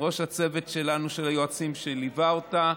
ראש הצוות של היועצים שליווה אותה,